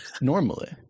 normally